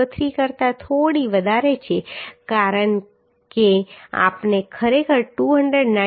03 કરતા થોડી વધારે છે કારણ કે આપણે ખરેખર 299